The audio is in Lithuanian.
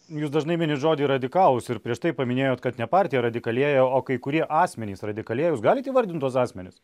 jūs dažnai minit žodį radikalūs ir prieš tai paminėjot kad ne partija radikalėja o kai kurie asmenys radikalėja jūs galit įvardint tuos asmenis